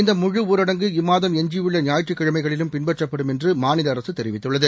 இந்த முழு ஊரடங்கு எஞ்சியுள்ள ஞாயிற்றுக்கிழமைகளிலும் பின்பற்றப்படும் என்று மாநில அரசு தெரிவித்துள்ளது